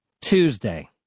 Tuesday